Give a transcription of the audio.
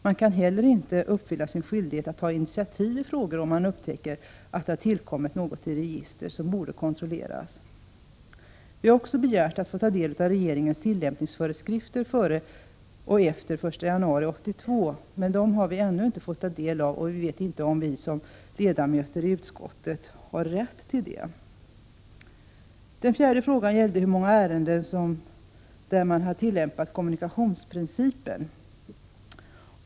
Man kan inte heller uppfylla sin skyldighet att ta initiativ i frågor, om man upptäcker att det har tillkommit något i registren som borde kontrolleras. Vi har också begärt att få ta del av regeringens tillämpningsföreskrifter såväl före som efter den 1 januari 1982. Vi har emellertid ännu inte fått ta del av dem, och vi vet inte om vi som ledamöter i utskottet har rätt till det. Den fjärde frågan gällde i hur många ärenden man har tillämpat kommunikationsprincipen.